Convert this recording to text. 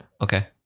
Okay